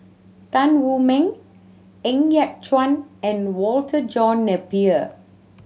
Tan Wu Meng Ng Yat Chuan and Walter John Napier